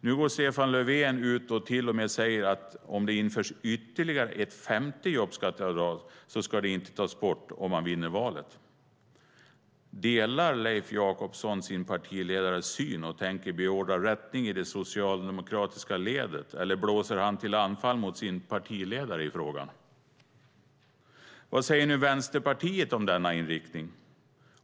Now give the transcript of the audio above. Nu går Stefan Löfven till och med ut och säger att om det införs ett femte jobbskatteavdrag ska det inte tas bort om man vinner valet. Delar Leif Jakobsson sin partiledares syn, och tänker han beordra rättning i det socialdemokratiska ledet? Eller blåser han till anfall mot sin partiledare i frågan? Vad säger Vänsterpartiet om denna inriktning?